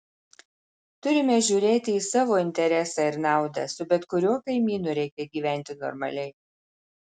turime žiūrėti į savo interesą ir naudą su bet kuriuo kaimynu reikia gyventi normaliai